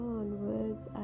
onwards